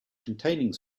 containing